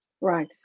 right